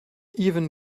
even